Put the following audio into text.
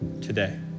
today